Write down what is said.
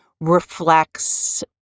reflects